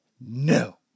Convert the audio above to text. No